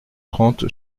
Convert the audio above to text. trente